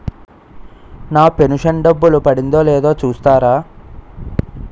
నా pension డబ్బులు పడిందో లేదో చూస్తారా?